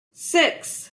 six